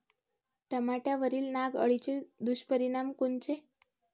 टमाट्यावरील नाग अळीचे दुष्परिणाम कोनचे?